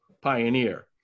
pioneer